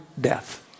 death